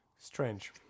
strange